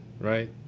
right